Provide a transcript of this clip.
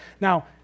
Now